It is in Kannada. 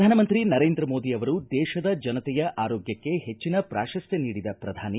ಪ್ರಧಾನಮಂತ್ರಿ ನರೇಂದ್ರ ಮೋದಿ ಅವರು ದೇಶದ ಜನತೆಯ ಆರೋಗ್ಟಕ್ಕೆ ಹೆಚ್ಚಿನ ಪ್ರಾಶಸ್ತ್ಯ ನೀಡಿದ ಪ್ರಧಾನಿ